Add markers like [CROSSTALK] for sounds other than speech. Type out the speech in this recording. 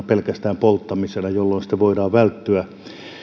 [UNINTELLIGIBLE] pelkästään lämpöenergiana poltettaessa jolloin sitten voidaan välttyä